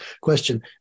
question